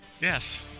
Yes